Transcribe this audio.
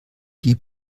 die